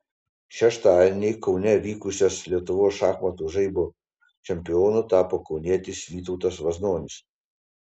šeštadienį kaune vykusias lietuvos šachmatų žaibo čempionu tapo kaunietis vytautas vaznonis